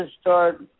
start